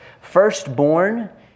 Firstborn